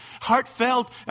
heartfelt